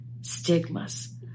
stigmas